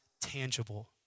tangible